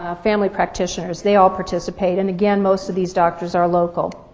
ah family practitioners, they all participate, and again, most of these doctors are local.